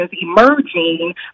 emerging